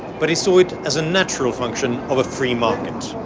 but he saw it as a natural function of a free market.